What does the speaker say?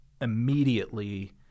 immediately